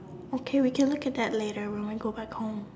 okay we can look at that later when we go back home